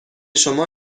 شما